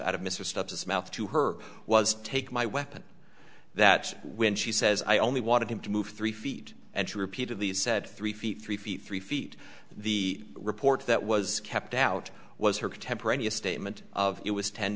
out of mr stubbs mouth to her was take my weapon that when she says i only wanted him to move three feet and she repeatedly said three feet three feet three feet the report that was kept out was her contemporaneous statement of it was ten